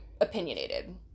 opinionated